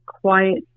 quiet